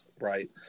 Right